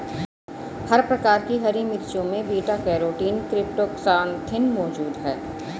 हर प्रकार की हरी मिर्चों में बीटा कैरोटीन क्रीप्टोक्सान्थिन मौजूद हैं